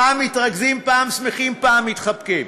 פעם מתרגזים, פעם שמחים, פעם מתחבקים.